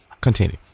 Continue